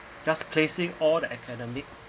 just placing all the academic